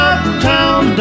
Uptown